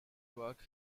work